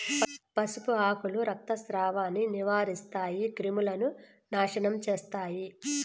పసుపు ఆకులు రక్తస్రావాన్ని నివారిస్తాయి, క్రిములను నాశనం చేస్తాయి